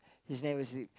his name is r~